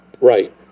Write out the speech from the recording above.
Right